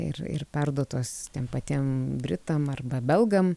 ir ir perduotos tiem patiem britam arba belgam